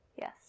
Yes